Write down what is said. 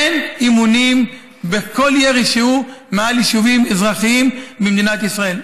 אין אימונים בכל ירי שהוא מעל יישובים אזרחיים במדינת ישראל.